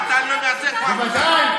אתה לא מייצג פה אף אחד.